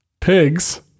Pigs